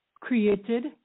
created